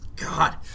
God